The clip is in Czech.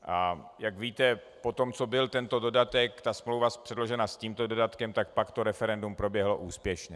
A jak víte, poté co byl tento dodatek, ta smlouva předložena s tímto dodatkem, tak pak to referendum proběhlo úspěšně.